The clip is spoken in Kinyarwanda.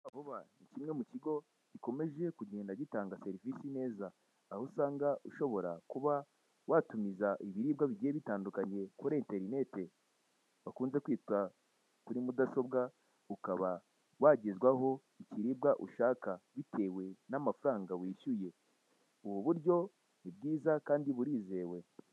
Vuba vuba ni kimwe mu kigo gikomeje kugenda gitanga serivise neza, aho usanga ushobora kuba watumiza ibiribwa bigiye bitandukanye kuri enterineti bakunze kwita kuri mudasobwa, ukaba wagezwaho ikiribwa ushaka bitewe n'amafaranga wishyuye, ubu buryo ni bwiza kandi birizewe.